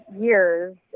years